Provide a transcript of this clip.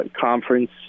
conference